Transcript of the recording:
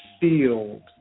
field